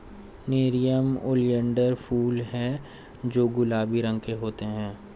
nerium oleander फूल हैं जो गुलाबी रंग के होते हैं